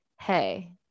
hey